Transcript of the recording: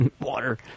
Water